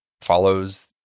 follows